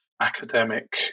academic